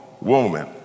woman